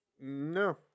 No